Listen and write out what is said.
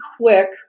quick